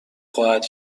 خواهد